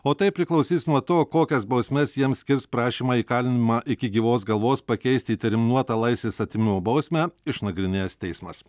o tai priklausys nuo to kokias bausmes jiems skirs prašymą įkalinimą iki gyvos galvos pakeisti į terminuotą laisvės atėmimo bausmę išnagrinėjęs teismas